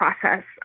process